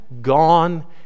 gone